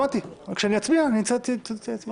שמעתי, וכשאני אצביע נצא להתייעצות סיעתית.